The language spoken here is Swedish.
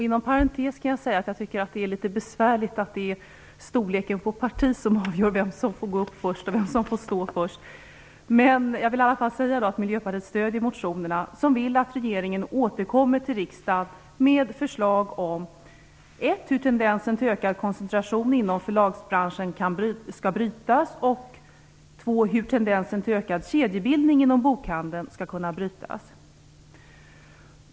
Inom parentes skall jag säga att jag tycker att det är litet besvärligt att det är storleken på parti som avgör vem som får gå upp först i talarstolen och vem som får stå först på talarlistan. Jag vill i alla fall säga att Miljöpartiet stöder reservationerna med krav på att regeringen återkommer till riksdagen med förslag om hur tendensen till ökad koncentration inom förlagsbranschen skall brytas och om hur tendensen till ökad kedjebildning inom bokhandeln skall kunna brytas.